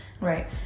Right